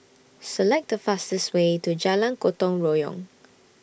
Select The fastest Way to Jalan Gotong Royong